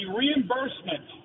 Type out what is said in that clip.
reimbursement